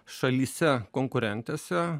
šalyse konkurentėse